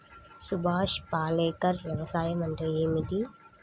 సుభాష్ పాలేకర్ వ్యవసాయం అంటే ఏమిటీ?